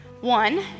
One